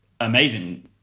amazing